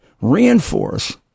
reinforce